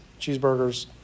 cheeseburgers